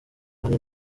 bane